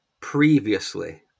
previously